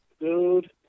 Dude